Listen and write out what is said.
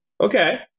Okay